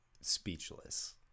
speechless